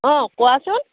অঁ কোৱাচোন